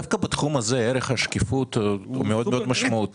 דווקא בתחום הזה, ערך השקיפות מאוד משמעותי.